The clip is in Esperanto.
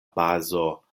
bazo